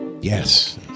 Yes